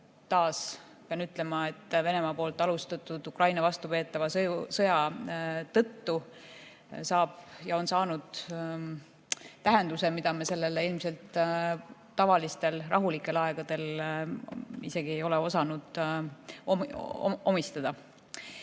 pean ütlema, on Venemaa poolt alustatud, Ukraina vastu peetava sõja tõttu saanud tähenduse, mida me sellele ilmselt tavalistel, rahulikel aegadel ei ole osanud omistada.